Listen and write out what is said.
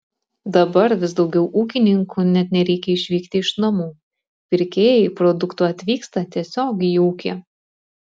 dabar vis daugiau ūkininkų net nereikia išvykti iš namų pirkėjai produktų atvyksta tiesiog į ūkį